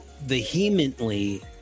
vehemently